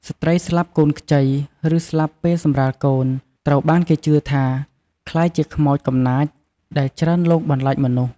ស្ត្រីស្លាប់កូនខ្ចី ឬស្លាប់ពេលសម្រាលកូន ត្រូវបានគេជឿថាក្លាយជាខ្មោចកំណាចដែលច្រើនលងបន្លាចមនុស្ស។